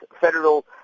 federal